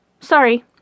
Sorry